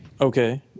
Okay